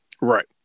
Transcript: right